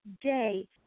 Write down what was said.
day